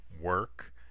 work